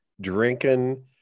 drinking